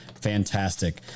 fantastic